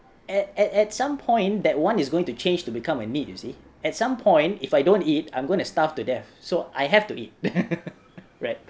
at at at some point that [one] is going to change to become a need you see at some point if I don't eat I'm going to starve to death so I have to eat right